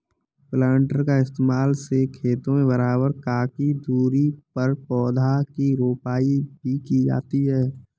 planter का इस्तेमाल से खेतों में बराबर ककी दूरी पर पौधा की रोपाई भी की जाती है